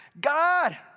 God